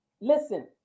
Listen